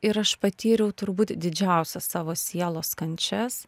ir aš patyriau turbūt didžiausias savo sielos kančias